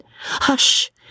Hush